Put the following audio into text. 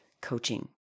coaching